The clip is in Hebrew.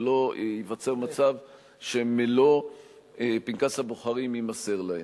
ולא ייווצר מצב שמלוא פנקס הבוחרים יימסר להן.